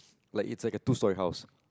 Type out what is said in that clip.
like it's like a two story house